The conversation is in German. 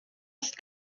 ist